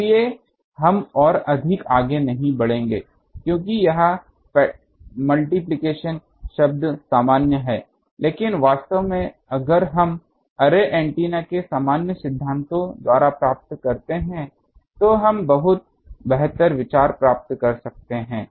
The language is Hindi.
इसलिए हम और अधिक आगे नहीं बढ़ेंगे क्योंकि यह मल्टिप्लिकेशन शब्द सामान्य है लेकिन वास्तव में अगर हम अर्रे एंटीना के सामान्य सिद्धांतों द्वारा प्राप्त करते हैं तो हम बहुत बेहतर विचार प्राप्त कर सकते हैं